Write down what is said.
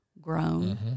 grown